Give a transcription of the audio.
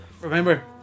remember